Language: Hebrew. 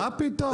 מה פתאום?